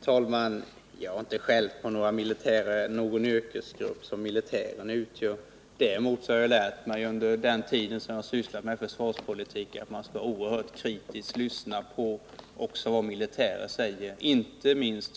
Herr talman! Jag har inte skällt på den yrkesgrupp som militärerna utgör. Däremot har jag under den tid som jag har sysslat med försvarspolitiken lärt mig att man oerhört kritiskt skall lyssna också på vad militärerna säger.